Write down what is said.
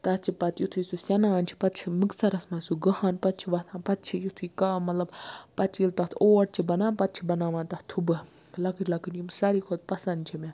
تَتھ چھِ پَتہٕ یُتھٕے سُہ سیٚنان چھُ پَتہٕ چھِ مکسرَس مَنٛز سُہ گٕہان پَتہٕ چھ ووتھان پَتہٕ چھُ یُتھٕے کانٛہہ مَطلَب پَتہٕ چھ ییٚلہِ تتھ اوٹ چھُ بَنان پَتہٕ چھِ بَناوان تَتھ تھُبہٕ لَکٕٹۍ لَکٕٹۍ یِم ساروی کھۄتہ پَسَنٛد چھِ مےٚ